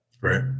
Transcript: Right